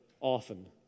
often